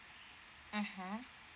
mmhmm